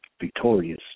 victorious